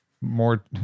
More